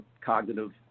cognitive